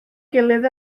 gilydd